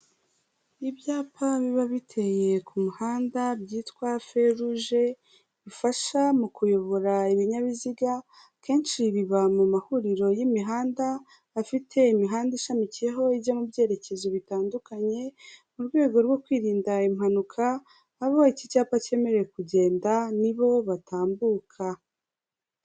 Ibyapa biba biteye ku muhanda byitwa feruje bifasha mu kuyobora ibinyabiziga, akenshi biba mu mahuriro y'imihanda, afite imihanda ishamikiyeho ijya mu byerekezo bitandukanye mu rwego rwo kwirinda impanuka, abo iki cyapa cyemereye kugenda nibo batambuka.